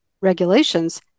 regulations